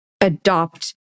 adopt